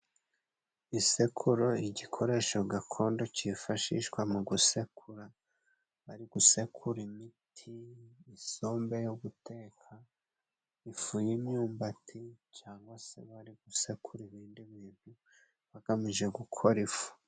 Isekuro igikoresho gakondo kifashishwa mu gusekura, ari gusekura imiti, isombe yo guteka, ifu y'imyumbati cyangwa se bari gusekura ibindi bintu bagamije gukora ifu.